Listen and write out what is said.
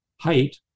height